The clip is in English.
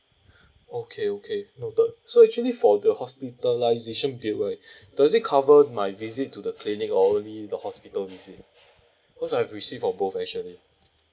okay okay noted so actually for the hospitalisation bill right does it cover my visit to the clinic or only the hospital visit cause I've received for both actually